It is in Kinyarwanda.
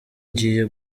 ngiye